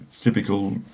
typical